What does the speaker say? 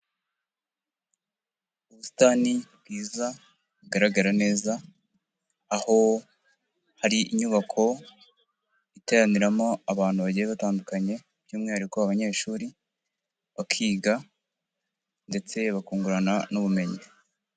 Ubusitani bwiza bugaragara neza, aho hari inyubako iteraniramo abantu bagiye batandukanye by'umwihariko abanyeshuri bakiga ndetse bakungurana n'ubumenyi.